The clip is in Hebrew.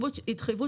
תודה רבה.